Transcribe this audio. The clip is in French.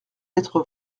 être